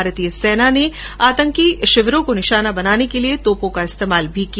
भारतीय सेना ने आतंकी शिविरों को निशाना बनाने के लिए तोपों का इस्तेमाल भी किया